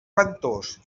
ventós